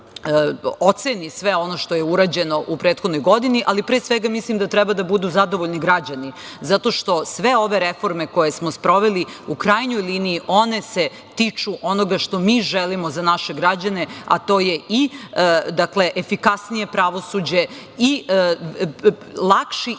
oceni sve ono što je urađeno u prethodnoj godini, ali pre svega mislim da treba da budu zadovoljni građani, zato što sve ove reforme koje smo sproveli u krajnjoj liniji one se tiču onoga što mi želimo za naše građane, a to je i efikasnije pravosuđe i lakši